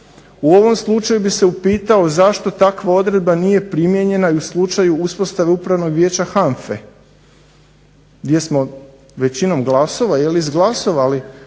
U ovom slučaju bi se upitao zašto takva odredba nije primijenjena i u slučaju uspostave upravnog vijeća HANFA-e gdje smo većinom glasova izglasovali